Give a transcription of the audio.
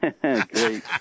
Great